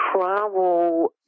travel